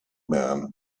man